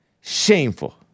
shameful